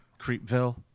Creepville